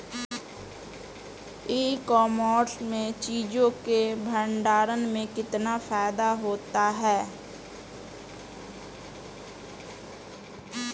ई commerce में चीज़ों के भंडारण में कितना फायदा होता है?